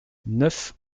neuf